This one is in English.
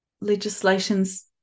legislations